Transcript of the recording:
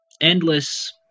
endless